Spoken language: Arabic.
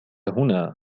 هنا